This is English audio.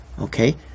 okay